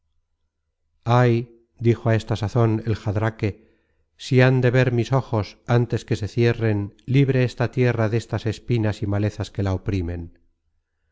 ay dijo á esta sazon el jadraque si han de ver mis ojos ántes que se cierren libre esta tierra destas espinas y malezas que la oprimen